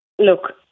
Look